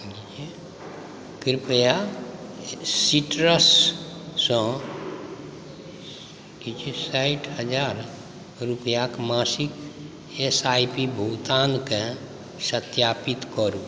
कृपया सीट्रससँ साठि हजार रुपैआ मासिक एस आई पी भुगतानकेँ सत्यापित करू